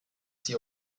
sie